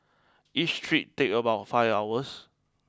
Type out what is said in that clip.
each trip take about five hours